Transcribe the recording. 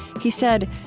he said,